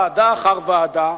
ועדה אחר ועדה,